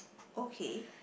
okay